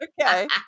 Okay